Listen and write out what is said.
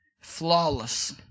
flawless